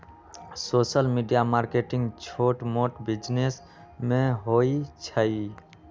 social media marketing छोट मोट business में होई छई